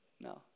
No